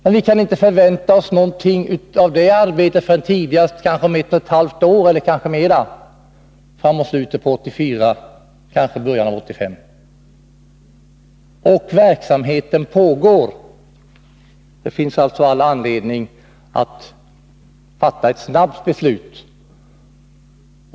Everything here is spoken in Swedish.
Men vi kan inte förvänta oss någonting av det arbetet förrän tidigast mot slutet av 1984 eller i början 1985. Men den brottsliga verksamheten pågår, och det finns all anledning att fatta ett snabbt beslut.